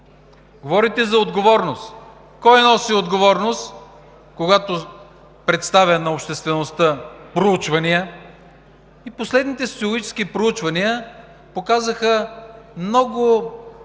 Говорите за отговорност. Кой носи отговорност, когато представя на обществеността проучвания? И последните социологически проучвания показаха много голяма